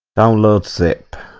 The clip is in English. download sick